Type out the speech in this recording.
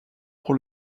pour